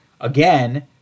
again